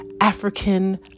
African